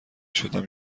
شدم